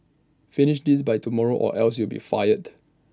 finish this by tomorrow or else you'll be fired